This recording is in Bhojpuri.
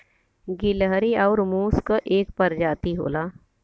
गिलहरी आउर मुस क एक परजाती होला